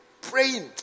praying